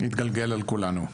התגלגל על כולנו.